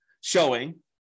showing